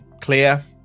clear